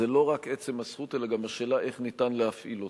זה לא רק עצם הזכות אלא גם השאלה איך ניתן להפעיל אותה.